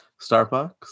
Starbucks